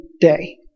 day